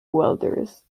guelders